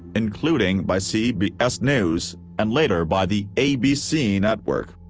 including by cbs news, and later by the abc network.